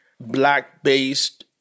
black-based